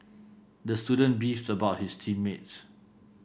the student beefed about his team mates